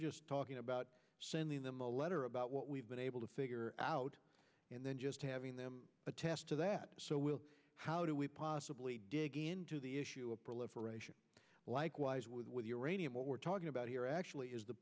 just talking about sending them a letter about what we've been able to figure out and then just having them attest to that how do we possibly dig into the issue of proliferation likewise with uranium what we're talking about here actually is the